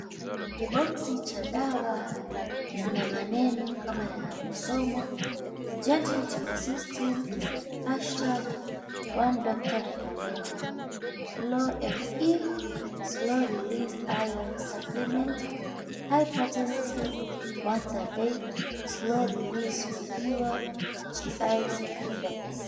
Kiboksi cha dawa kina maneno kama yanavyosomwa, "Gentle to Your System #One Doctor Recommended Slow FE Slow Release Iron Supplement High Potency Once a Day Slow Release For Fewer GI Side Effects".